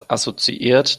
assoziiert